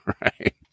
Right